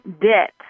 debt